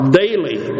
daily